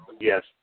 Yes